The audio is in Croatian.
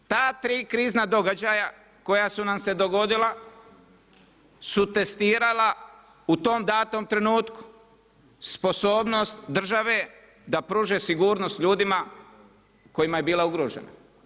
Ta tri krizna događaja koja su nam se dogodila su testirala u tom datom trenutku sposobnost države da pruže sigurnost ljudima kojima je bila ugrožena.